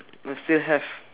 no still have